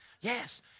Yes